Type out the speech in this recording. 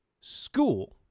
school